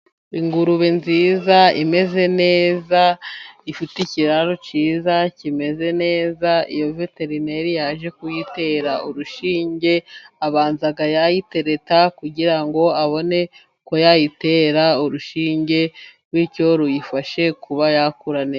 Ingurube nziza imeze neza. Ifite ikiraro cyiza kimeze neza. Iyo veternary yaje kuyitera urushinge abanza akayitereta kugira ngo abone ko yayitera urushinge. Bityo ruyifashe kuba yakura neza.